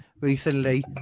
recently